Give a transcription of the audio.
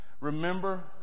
Remember